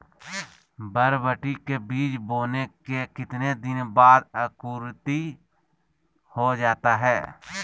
बरबटी के बीज बोने के कितने दिन बाद अंकुरित हो जाता है?